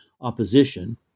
opposition